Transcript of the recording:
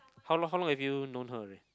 how long how long have you known her already